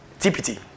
TPT